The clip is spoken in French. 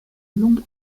long